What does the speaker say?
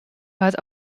waard